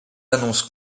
annonce